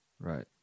Right